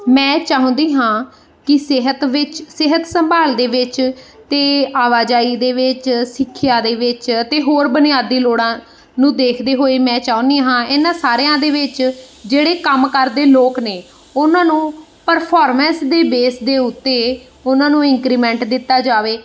ਮੈਂ ਚਾਹੁੰਦੀ ਹਾਂ ਕਿ ਸਿਹਤ ਵਿੱਚ ਸਿਹਤ ਸੰਭਾਲ ਦੇ ਵਿੱਚ ਅਤੇ ਆਵਾਜਾਈ ਦੇ ਵਿੱਚ ਸਿੱਖਿਆ ਦੇ ਵਿੱਚ ਅਤੇ ਹੋਰ ਬੁਨਿਆਦੀ ਲੋੜਾਂ ਨੂੰ ਦੇਖਦੇ ਹੋਏ ਮੈਂ ਚਾਹੁੰਦੀ ਹਾਂ ਇਹਨਾਂ ਸਾਰਿਆਂ ਦੇ ਵਿੱਚ ਜਿਹੜੇ ਕੰਮ ਕਰਦੇ ਲੋਕ ਨੇ ਉਹਨਾਂ ਨੂੰ ਪਰਫੋਰਮੈਂਸ ਦੇ ਬੇਸ ਦੇ ਉੱਤੇ ਉਹਨਾਂ ਨੂੰ ਇੰਕਰੀਮੈਂਟ ਦਿੱਤਾ ਜਾਵੇ